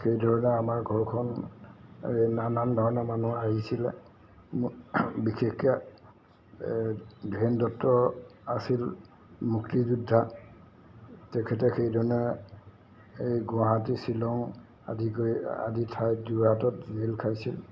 সেই ধৰণে আমাৰ ঘৰখন এই নানান ধৰণৰ মানুহ আহিছিলে বিশেষকে এই ধীৰেন দত্ত আছিল মুক্তিযোদ্ধা তেখেতে সেইধৰণে এই গুৱাহাটী শ্বিলং আদি গৈ আদি ঠাইত যোৰহাটত জেল খাইছিল